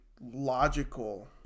logical